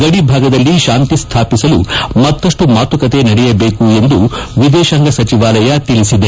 ಗಡಿಭಾಗದಲ್ಲಿ ಶಾಂತಿ ಸ್ವಾಪಿಸಲು ಮತ್ತಷ್ಟು ಮಾತುಕತೆ ನಡೆಯಬೇಕು ಎಂದು ವಿದೇಶಾಂಗ ಸಚಿವಾಲಯ ತಿಳಿಸಿದೆ